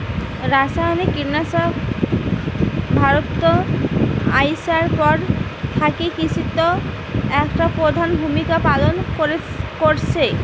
রাসায়নিক কীটনাশক ভারতত আইসার পর থাকি কৃষিত একটা প্রধান ভূমিকা পালন করসে